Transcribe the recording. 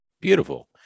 Beautiful